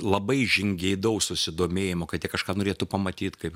labai žingeidaus susidomėjimo kad jie kažką norėtų pamatyt kaip